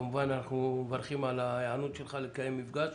כמובן, אנחנו מברכים על ההיענות שלך לקיים מפגש